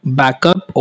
backup